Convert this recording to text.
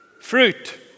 fruit